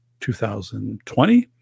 2020